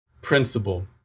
principle